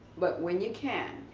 but when you can,